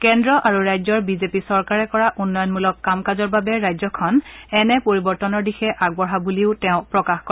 কেন্দ্ৰ আৰু ৰাজ্যৰ বিজেপি চৰকাৰে কৰা উন্নয়ণমূলক কাম কাজৰ বাবে ৰাজ্যখন এনে পৰিৱৰ্তনৰ দিশে আগবঢ়া বুলিও তেওঁ প্ৰকাশ কৰে